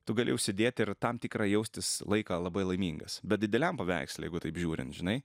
tu gali užsidėt ir tam tikrą jaustis laiką labai laimingas bet dideliam paveiksle taip žiūrint žinai